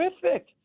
terrific